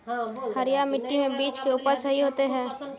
हरिया मिट्टी में बीज के उपज सही होते है?